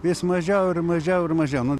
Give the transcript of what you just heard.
vis mažiau ir mažiau ir mažiau nu